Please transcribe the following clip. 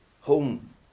home